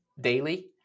daily